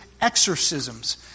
exorcisms